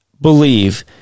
believe